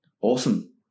awesome